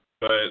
But-